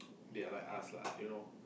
they are like us lah you know